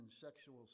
sexual